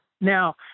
Now